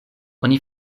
oni